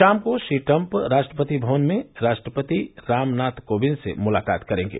शाम को श्री ट्रंप राष्ट्रपति भवन में राष्ट्रपति रामनाथ कोविंद से मुलाकात करेंगे